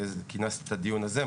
כינסת את הדיון הזה,